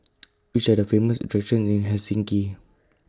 Which Are The Famous attractions in Helsinki